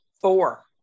four